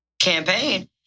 campaign